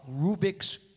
Rubik's